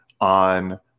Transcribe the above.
on